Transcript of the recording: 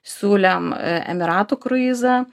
siūlėm emyratų kruizą